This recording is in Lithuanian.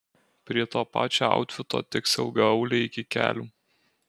prie to pačio autfito tiks ilgaauliai iki kelių